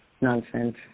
nonsense